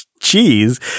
cheese